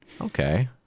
Okay